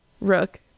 rook